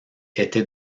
était